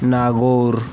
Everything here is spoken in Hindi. नागोर